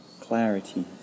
clarity